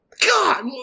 god